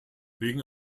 wegen